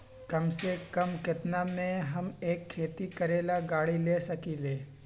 कम से कम केतना में हम एक खेती करेला गाड़ी ले सकींले?